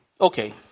Okay